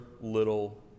little